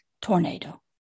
tornado